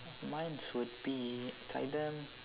mine's would be either